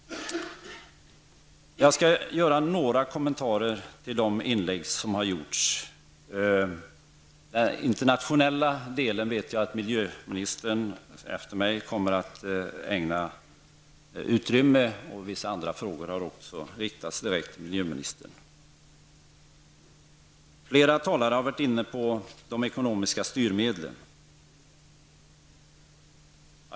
Jag skall göra några kommentarer till de inlägg som har gjorts. Den internationella delen vet jag att miljöministern efter mig kommer att ägna utrymme. Vissa andra frågor har också riktats direkt till miljöministern. Flera talare har varit inne på de ekonomiska styrmedlen.